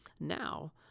Now